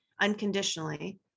unconditionally